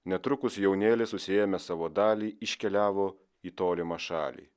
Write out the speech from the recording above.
netrukus jaunėlis susiėmęs savo dalį iškeliavo į tolimą šalį